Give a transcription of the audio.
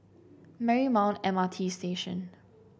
Marymount M R T Station